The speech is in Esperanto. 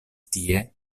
tie